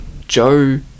Joe